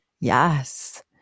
yes